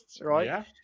right